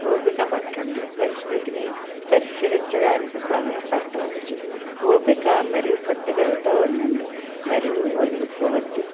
ఓపిక పట్టండి పరిస్థితిని పరిష్కరించడానికి సమయం పట్టవచ్చు ఓపిక మరియు పట్టుదలతో ఉండండి మరియు వదులుకోవద్దు